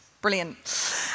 brilliant